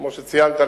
כמו שציינת,